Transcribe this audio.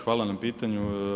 Hvala na pitanju.